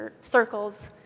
circles